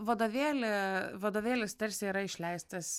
vadovėlį vadovėlis tarsi yra išleistas